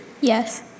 Yes